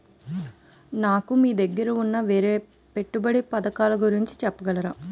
నాకు మీ దగ్గర ఉన్న వేరే పెట్టుబడి పథకాలుగురించి చెప్పగలరా?